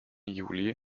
juli